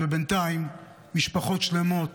ובינתיים משפחות שלמות